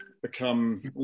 become